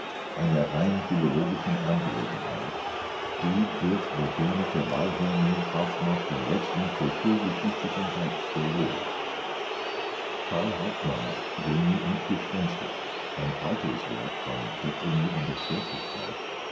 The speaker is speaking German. einer rein philologischen angelegenheit die durch moderne verballhornung auch noch den letzten kulturgeschichtlichen reiz verlor karl hauptmanns genie und gespenster ein alterswerk von deprimierender